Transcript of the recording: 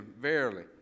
Verily